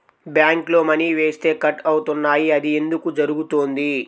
బ్యాంక్లో మని వేస్తే కట్ అవుతున్నాయి అది ఎందుకు జరుగుతోంది?